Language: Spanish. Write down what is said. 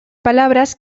palabras